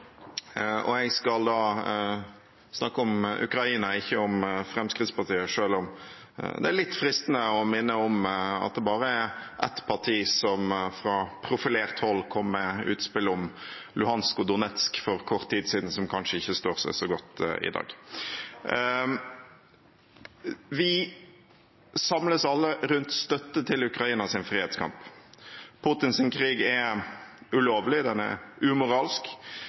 Jeg skal snakke om Ukraina, ikke om Fremskrittspartiet, selv om det er litt fristende å minne om at det bare er ett parti som fra profilert hold kom med utspill om Luhansk og Donetsk for kort tid siden som kanskje ikke står seg så godt i dag. Vi samles alle rundt støtte til Ukrainas frihetskamp. Putins krig er ulovlig, og den er umoralsk.